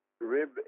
rib